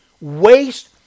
waste